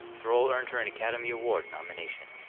the role earned her an academy award nomination.